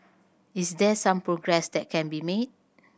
is there some progress that can be made